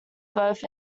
both